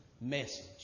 message